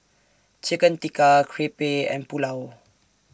Chicken Tikka Crepe and Pulao